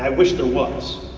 um wish there was.